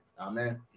Amen